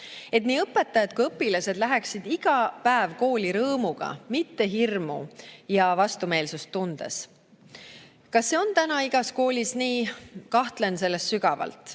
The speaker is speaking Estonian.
et nii õpetajad kui õpilased läheksid iga päev kooli rõõmuga, mitte hirmu ja vastumeelsust tundes. Kas see on praegu igas koolis nii? Kahtlen selles sügavalt.